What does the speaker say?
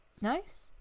nice